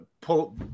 pull